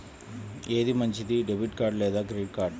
ఏది మంచిది, debit card లేదా క్రెడిట్ కార్డ్?